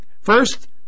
first